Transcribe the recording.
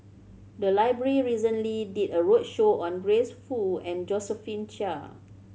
the library recently did a roadshow on Grace Fu and Josephine Chia